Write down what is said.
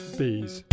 bees